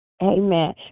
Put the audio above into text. Amen